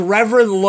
Reverend